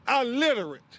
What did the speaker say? illiterate